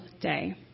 day